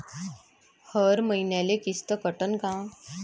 हर मईन्याले किस्त कटन का?